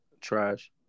Trash